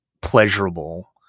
pleasurable